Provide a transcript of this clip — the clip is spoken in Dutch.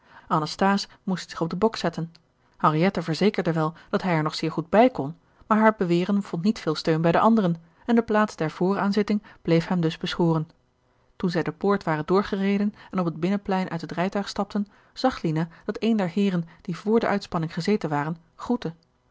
moest zich op den bok zetten henriette verzekerde wel dat hij er nog zeer goed bij kon maar haar beweren vond niet veel steun bij de anderen en de plaats der vooraanzitting bleef hem dus beschoren toen zij de poort waren doorgereden en op het binnenplein uit het rijtuig stapten zag lina dat een der heeren die vr de uitspanning gezeten waren groette